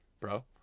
bro